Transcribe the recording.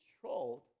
controlled